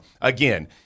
again